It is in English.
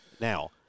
Now